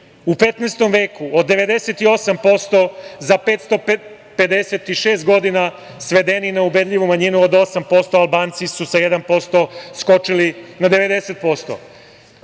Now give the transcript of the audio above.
u 15. veku od 98% za 556 godina svedeni na ubedljivu manjinu od 8%, a Albanci su sa 1% skočili na 90%.Da